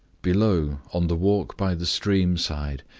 below, on the walk by the stream side,